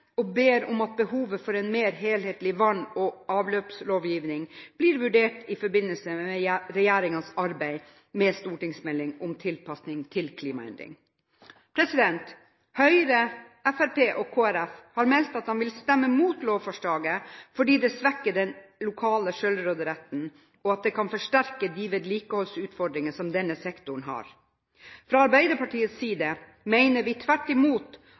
og ber om at behovet for en mer helhetlig vann- og avløpslovgivning blir vurdert i forbindelse med regjeringens arbeid med en stortingsmelding om tilpasning til klimaendringene. Høyre, Fremskrittspartiet og Kristelig Folkeparti har meldt at de vil stemme imot lovforslaget, fordi det svekker den lokale selvråderetten, og at det kan forsterke de vedlikeholdsutfordringene som denne sektoren har. Fra Arbeiderpartiets side mener vi tvert imot